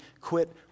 quit